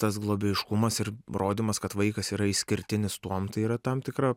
tas globėjiškumas ir rodymas kad vaikas yra išskirtinis tuom tai yra tam tikra